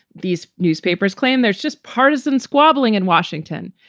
these newspapers claim there's just partisan squabbling in washington.